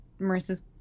Marissa's